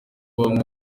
bamwe